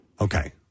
Okay